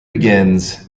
begins